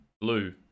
blue